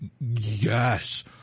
yes